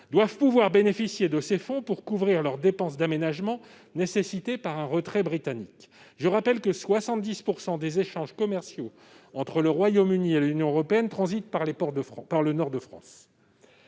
-doivent pouvoir bénéficier de ces fonds pour couvrir les dépenses d'aménagement requises par le retrait britannique. Je rappelle que 70 % des échanges commerciaux entre le Royaume-Uni et l'Union européenne transitent par le Nord de France.